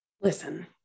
Listen